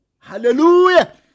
Hallelujah